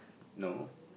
no